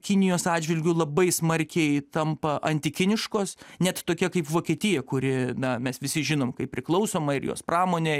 kinijos atžvilgiu labai smarkiai tampa antikiniškos net tokia kaip vokietija kuri na mes visi žinom kaip priklausoma ir jos pramonė